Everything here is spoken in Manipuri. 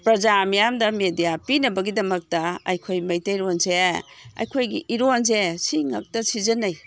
ꯄ꯭ꯔꯖꯥ ꯃꯤꯌꯥꯝꯗ ꯃꯦꯗꯤꯌꯥ ꯄꯤꯅꯕꯒꯤꯗꯃꯛꯇ ꯑꯩꯈꯣꯏ ꯃꯩꯇꯩꯂꯣꯟꯁꯦ ꯑꯩꯈꯣꯏꯒꯤ ꯏꯔꯣꯟꯁꯦ ꯁꯤ ꯉꯥꯛꯇ ꯁꯤꯖꯤꯟꯅꯩ